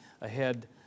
ahead